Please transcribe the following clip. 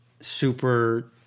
super